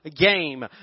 game